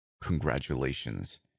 Congratulations